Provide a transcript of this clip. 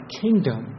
kingdom